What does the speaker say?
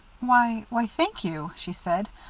why why, thank you, she said.